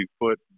put